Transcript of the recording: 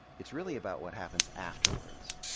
it's really about what happens afterwards.